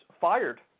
fired